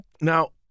Now